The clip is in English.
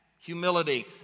Humility